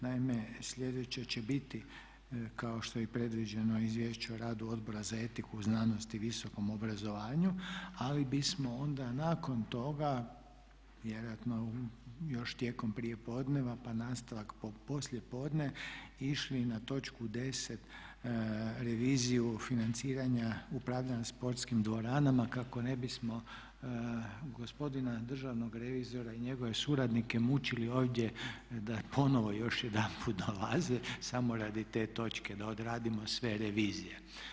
Naime, sljedeće će biti kao što je i predviđeno Izvješće o radu Odbora za etiku u znanosti i visom obrazovanju ali bismo onda nakon toga vjerojatno još tijekom prijepodneva pa nastavak poslijepodne išli na točku 10. reviziju financiranja upravljanja sportskim dvoranama kako ne bismo gospodina državnog revizora i njegove suradnike mučili ovdje da ponovno još jedanput dolaze samo radi te točke, da odradimo sve revizije.